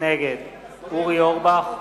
נגד אורי אורבך,